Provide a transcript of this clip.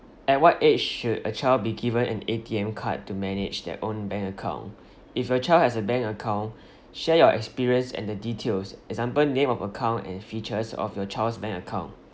at what age should a child be given an A_T_M card to manage their own bank account if a child has a bank account share your experience and the details example name of account and features of your child's bank account